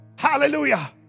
Hallelujah